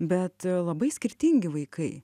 bet labai skirtingi vaikai